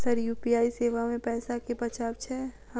Sir UPI सेवा मे पैसा केँ बचाब छैय?